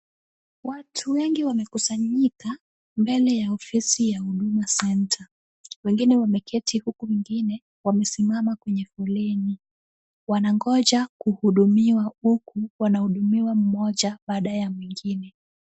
Watu wengi wamekusanyika mbele ya ofisi ya Huduma Centre . Wengine wameketi huku wengine wamesimama kwenye foleni. Wanangoja kuhudumiwa huku wanahudumiwa mmoja baada ya mwingine.